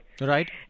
Right